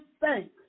thanks